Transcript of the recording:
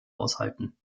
aushalten